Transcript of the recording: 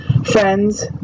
Friends